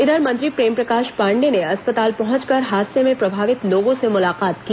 इधर मंत्री प्रेमप्रकाश पांडेय ने अस्पताल पहुंचकर हादसे में प्रभावित लोगों से मुलाकात की